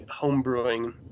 homebrewing